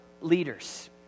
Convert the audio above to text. leaders